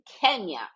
Kenya